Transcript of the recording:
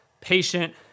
patient